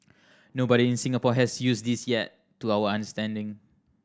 nobody in Singapore has used this yet to our understanding